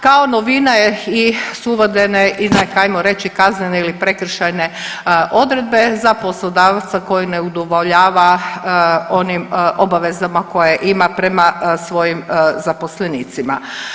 Kao novina je su uvedene i ajmo reći kaznene ili prekršajne odredbe za poslodavca koji ne udovoljava onim obavezama koje ima prema svojim zaposlenicima.